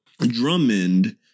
drummond